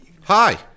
Hi